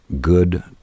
good